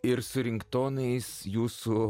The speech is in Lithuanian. ir su ringtonais jūsų